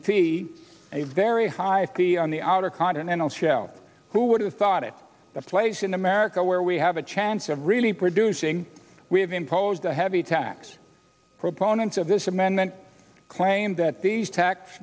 fee a very high fee on the outer continental shelf who would have thought it a place in america where we have a chance of really producing we have imposed a heavy tax proponents of this amendment claim that these tax